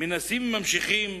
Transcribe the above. ממשיכים